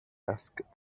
asked